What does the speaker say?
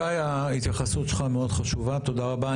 שי, ההתייחסות שלך מאוד חשובה, תודה רבה.